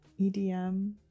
edm